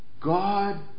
God